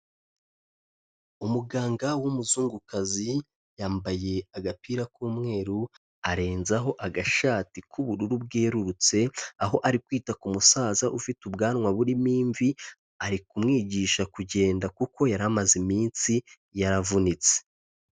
Umuganga w'umuzungukazi, yambaye agapira k'umweru, arenzaho agashati k'ubururu bwerurutse, aho ari kwita ku musaza ufite ubwanwa burimo imvi, ari kumwigisha kugenda kuko yari amaze iminsi, yaravunitse.